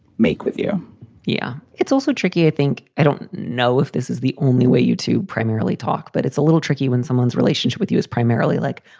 make with you yeah. it's also tricky, i think. i don't know if this is the only way you to primarily talk, but it's a little tricky when someone's relationship with you is primarily like,